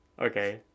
Okay